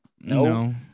No